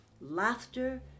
laughter